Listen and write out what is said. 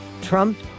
Trump